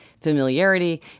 familiarity